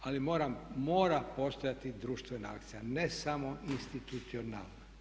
Ali mora, mora postojati društvena akcija ne samo institucionalna.